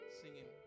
singing